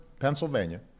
Pennsylvania